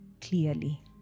clearly